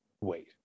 Wait